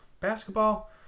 Basketball